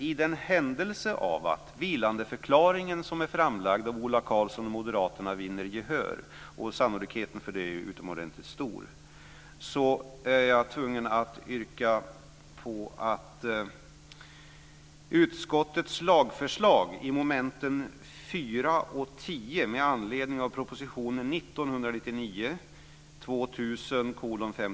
I den händelse att det yrkande om vilandeförklaring som är framlagt av Ola Karlsson och Moderaterna vinner gehör - och sannolikheten för det är utomordentligt stor - är jag tvungen att yrka följande.